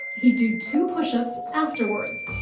he'd do two push-ups afterwards.